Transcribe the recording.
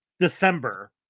December